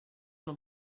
non